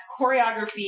choreography